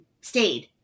stayed